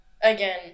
again